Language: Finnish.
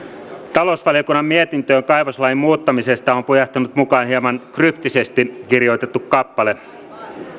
talousvaliokunnan mietintöön kaivoslain muuttamisesta on pujahtanut mukaan hieman kryptisesti kirjoitettu kappale